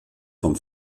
vom